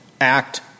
act